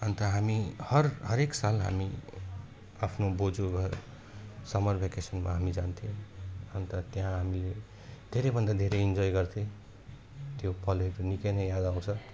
अन्त हामी हर हरेक साल हामी आफ्नो बोजू घर समर भेकेसनमा हामी जान्थेँ अन्त त्यहाँ हामीले धेरै भन्दा धैन इन्जोई गर्थेँ त्यो पलहरू निकै नै याद आउँछ